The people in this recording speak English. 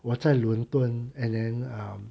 我在伦敦 and then um